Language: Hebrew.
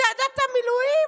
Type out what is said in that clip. צעדת המילואים,